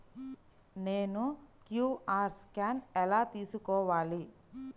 నేను QR scan ఎలా తీసుకోవాలి?